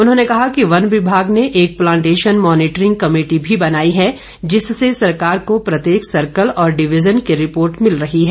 उन्होंने कहा कि वन विभाग ने एक प्लांटेशन मॉनिटरिंग कमेटी भी बनाई है जिससे सरकार को प्रत्येक सर्किल और डिविजन की रिपोर्ट मिल रही है